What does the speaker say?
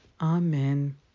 Amen